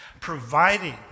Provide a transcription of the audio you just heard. providing